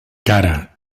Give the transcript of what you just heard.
cara